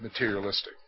materialistic